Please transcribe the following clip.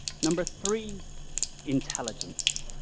number three intelligence.